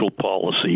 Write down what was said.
policy